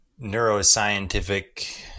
neuroscientific